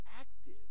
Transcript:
active